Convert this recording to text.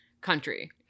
country